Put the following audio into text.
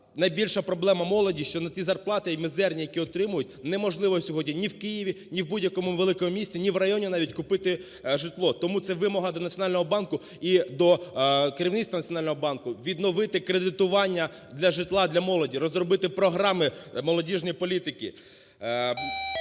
Найбільша проблема молоді, що на ті зарплати мізерні, які отримують, неможливо сьогодні ні в Києві, ні в будь-якому великому місті, ні в районі навіть, купити житло. Тому це вимога до Національного банку і до керівництва Національного банку відновити кредитування для житла для молоді, розробити програми молодіжної політики.